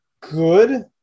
good